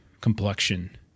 complexion